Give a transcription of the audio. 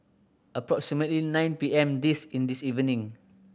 approximately nine P M this in this evening